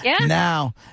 now